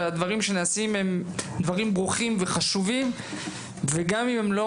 הדברים שנעשים ברוכים וחשובים גם אם הם לא